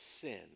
sin